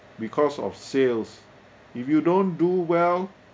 because of sales if you don't do well